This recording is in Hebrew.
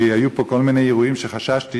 כי היו פה כל מיני אירועים לפני שבוע שחששתי